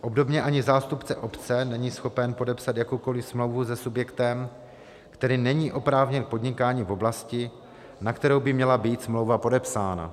Obdobně ani zástupce obce není schopen podepsat jakoukoliv smlouvu se subjektem, který není oprávněn k podnikání v oblasti, na kterou by měla být smlouva podepsána.